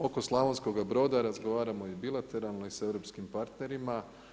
Oko Slavonskoga Broda razgovaramo i bilateralno i sa europskim partnerima.